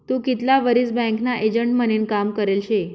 तू कितला वरीस बँकना एजंट म्हनीन काम करेल शे?